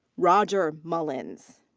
roger mullins.